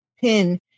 pin